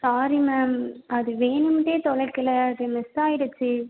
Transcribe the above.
sorry ma'am அது வேணும்ட்டே தொலைக்கலை அது மிஸ் ஆகிடுச்சி